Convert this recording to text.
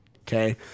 Okay